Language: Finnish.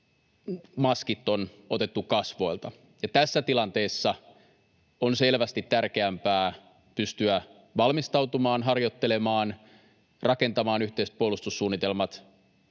maskit on otettu kasvoilta. Tässä tilanteessa on selvästi tärkeämpää pystyä valmistautumaan, harjoittelemaan, rakentamaan yhteispuolustussuunnitelmat,